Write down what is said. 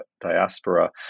diaspora